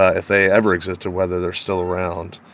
ah if they ever existed, whether they're still around